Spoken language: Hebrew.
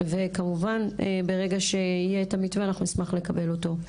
וכמובן ברגע שיהיה את המתווה אנחנו נשמח לקבל אותו.